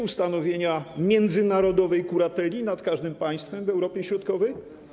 Ustanowienia międzynarodowej kurateli nad każdym państwem w Europie Środkowej?